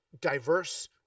diverse